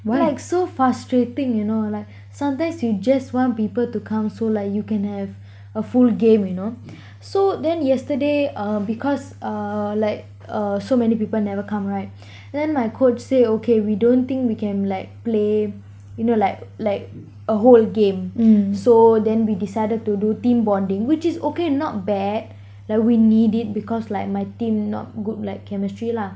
like so frustrating you know like sometimes you just want people to come so like you can have a full game you know so then yesterday uh because uh like uh so many people never come right then my coach say okay we don't think we can like play you know like like a whole game so then we decided to do team bonding which is okay not bad like we need it because like my team not good like chemistry lah